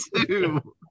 two